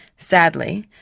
sadly,